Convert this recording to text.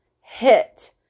Hit